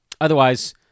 Otherwise